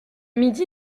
midi